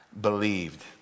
believed